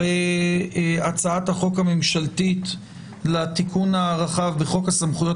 בהצעת החוק הממשלתית לתיקון הרחב בחוק הסמכויות